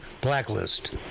Blacklist